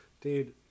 Dude